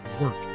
work